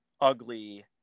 ugly